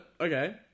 Okay